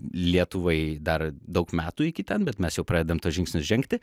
lietuvai dar daug metų iki ten bet mes jau pradedam tuos žingsnius žengti